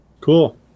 Cool